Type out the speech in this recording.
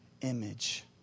image